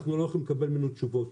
אנחנו לא יכולים לקבל ממנו תשובות,